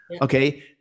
Okay